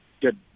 good